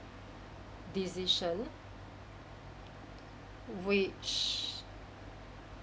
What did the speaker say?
decision which